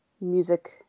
music